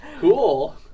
Cool